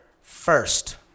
first